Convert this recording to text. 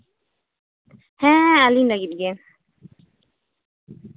ᱦᱮᱸ ᱦᱮᱸ ᱟᱹᱞᱤᱧ ᱞᱟᱹᱜᱤᱫᱜᱮ